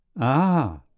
Ah